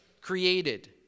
created